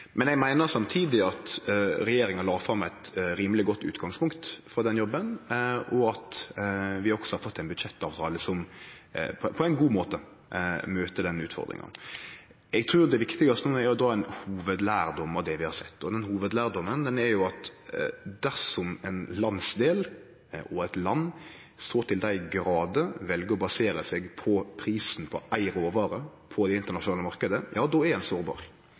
Men eg meiner samtidig at regjeringa la fram eit rimeleg godt utgangspunkt for den jobben, og at vi også har fått ein budsjettavtale som på ein god måte møter den utfordringa. Eg trur det viktigaste no er å dra ein hovudlærdom av det vi har sett. Den hovudlærdomen er at dersom ein landsdel og eit land i så høg grad vel å basere seg på prisen på éi råvare på den internasjonale marknaden, ja, då er ein sårbar.